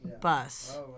bus